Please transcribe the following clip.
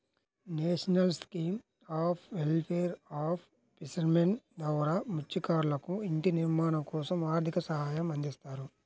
national scheme of welfare of fishermen ద్వారా మత్స్యకారులకు ఇంటి నిర్మాణం కోసం ఆర్థిక సహాయం అందిస్తారు